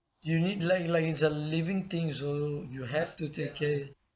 you need like like it's a living things so you have to take care